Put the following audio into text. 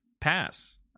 pass